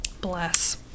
bless